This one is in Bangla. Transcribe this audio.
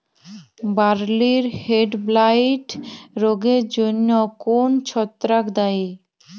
বার্লির হেডব্লাইট রোগের জন্য কোন ছত্রাক দায়ী?